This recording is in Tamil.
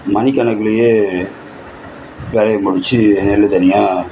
மணிக்கணக்குலேயே வேலையை முடிச்சு நெல்லு தனியாக